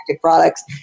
products